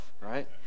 Right